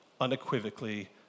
unequivocally